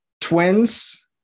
twins